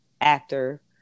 actor